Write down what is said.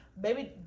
baby